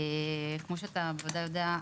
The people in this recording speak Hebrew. כמו שאתה בוודאי יודע,